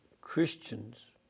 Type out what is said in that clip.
Christians